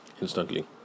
instantly